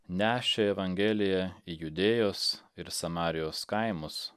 nešė evangeliją į judėjos ir samarijos kaimus